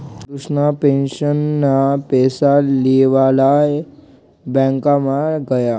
कृष्णा पेंशनना पैसा लेवाले ब्यांकमा गया